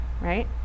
right